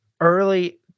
Early